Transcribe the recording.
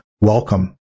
Welcome